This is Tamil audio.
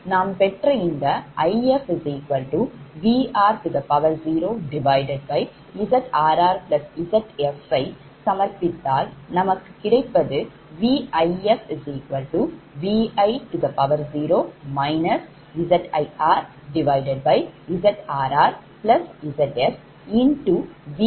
நாம் பெற்ற இந்த IfVr0ZrrZf யை சமர்ப்பித்தால் நமக்கு கிடைப்பது VifVi0 ZirZrrZfVr0 இது சமன்பாடு 11